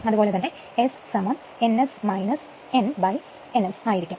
അതുപോലെ തന്നെ S n S na n S ആയിരിക്കും